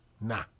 Nah